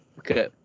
Okay